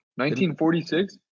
1946